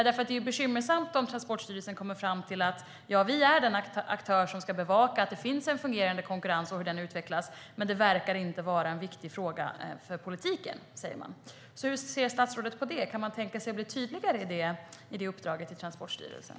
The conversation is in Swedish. Det är bekymmersamt om Transportstyrelsen kommer fram till att den är den aktör som ska bevaka att det finns en fungerande konkurrens och hur denna utvecklas men att det inte verkar vara en viktig fråga för politiken. Hur ser statsrådet på det? Kan man tänka sig att bli tydligare i uppdraget till Transportstyrelsen?